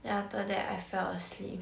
then after that I fell asleep